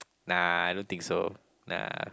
nah I don't think so nah